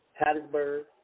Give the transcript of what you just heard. Hattiesburg